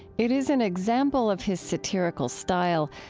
it is an example of his satirical style,